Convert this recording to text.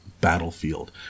battlefield